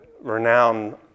renowned